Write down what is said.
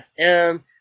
fm